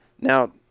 Now